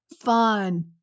fun